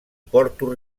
porto